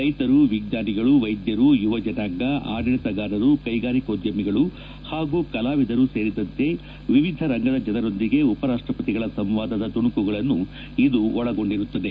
ರೈತರು ವಿಜ್ವಾನಿಗಳು ವೈದ್ಧರು ಯುವಜನಾಂಗ ಆಡಳಿತಗಾರರು ಕ್ಲೆಗಾರಿಕೋದ್ಯಮಿಗಳು ಹಾಗೂ ಕಲಾವಿದರು ಸೇರಿದಂತೆ ವಿವಿಧ ರಂಗದ ಜನರೊಂದಿಗೆ ಉಪರಾಷ್ಷಪತಿಗಳ ಸಂವಾದದ ತುಣುಕುಗಳನ್ನು ಇದು ಒಳಗೊಂಡಿರಲಿದೆ